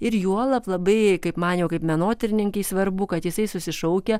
ir juolab labai kaip man jau kaip menotyrininkei svarbu kad jisai susišaukia